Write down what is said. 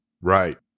right